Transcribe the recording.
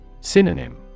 Synonym